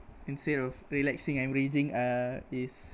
instead of relaxing I'm raging uh is